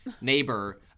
neighbor